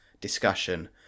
discussion